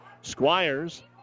Squires